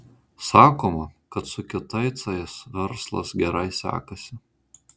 sakoma kad su kitaicais verslas gerai sekasi